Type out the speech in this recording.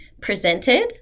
presented